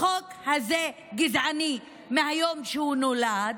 החוק הזה גזעני מהיום שהוא נולד.